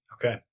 Okay